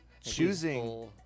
Choosing